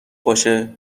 باشه